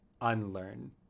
unlearn